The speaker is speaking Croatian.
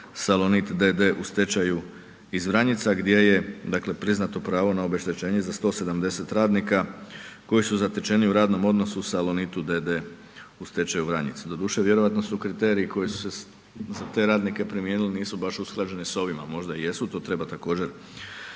Salonit d.d. u stečaju iz Vranjica gdje je, dakle priznato pravo na obeštećenje za 170 radnika koji su zatečeni u radnom odnosu u Salonitu d.d. u stečaju, Vranjic. Doduše, vjerojatno su kriteriji koji su se za te radnike primijenili, nisu baš usklađeni s ovima, možda i jesu, to treba također